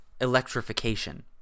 electrification